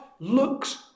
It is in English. looks